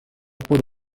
por